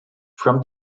from